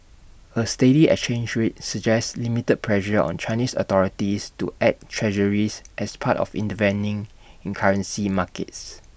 A steady exchange rate suggests limited pressure on Chinese authorities to add Treasuries as part of intervening in currency markets